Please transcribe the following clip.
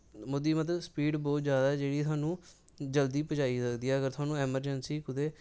ओह्दी मतलब स्पीड़ बोह्त जादा ऐ जेह्ड़ी थुहानूं जल्दी पजाई उड़दी ऐ अमरजैंसी कुदे